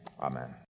amen